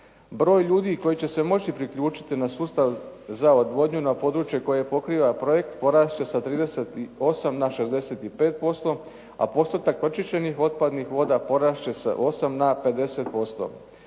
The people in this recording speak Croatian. Broj ljudi koji će se moći priključiti na sustav za odvodnju na područje koje pokriva projekt porasti će sa 38 na 65% a postotak pročišćenih otpadnih voda porasti će sa 8 na 50%.